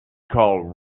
call